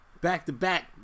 Back-to-back